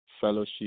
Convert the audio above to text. fellowship